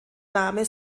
name